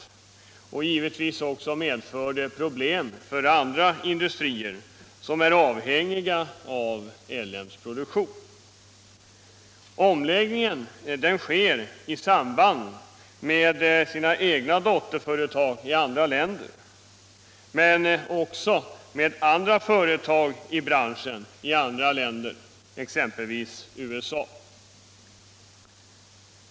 Det medför givetvis också problem för andra industrier som är avhängiga av LM Ericssons produktion. Omläggningen sker i samarbete med de egna dotterföretagen i andra länder men också i samarbete med olika företag i branschen i utlandet, exempelvis i USA.